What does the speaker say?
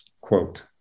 quote